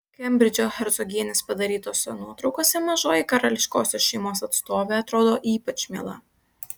kembridžo hercogienės padarytose nuotraukose mažoji karališkosios šeimos atstovė atrodo ypač miela